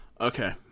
okay